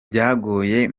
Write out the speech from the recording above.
byagoye